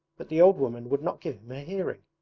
but the old woman would not give him a hearing.